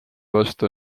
vastu